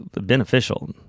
beneficial